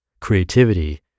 creativity